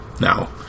now